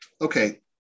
okay